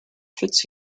fits